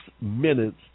minutes